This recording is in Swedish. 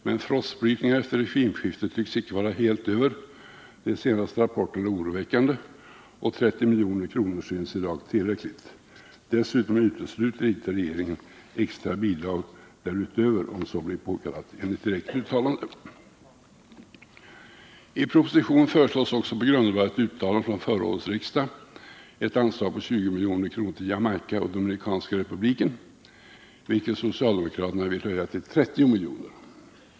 Men frossbrytningarna efter regimskiftet tycks inte vara helt över — de senaste rapporterna är oroväckande — och 30 milj.kr. synes i dag tillräckligt. Dessutom utesluter inte regeringen extra bidrag därutöver, om så blir påkallat. I propositionen föreslås också på grundval av ett uttalande från förra årets riksdag ett anslag på 20 milj.kr. till Jamaica och Dominikanska republiken, vilket socialdemokraterna vill höja till 30 milj.kr.